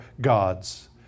God's